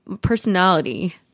personality